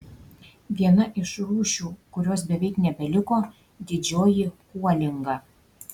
viena iš rūšių kurios beveik nebeliko didžioji kuolinga